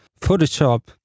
Photoshop